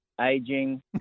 aging